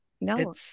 no